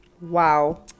Wow